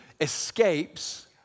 escapes